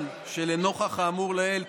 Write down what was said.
לנוכח האמור לעיל,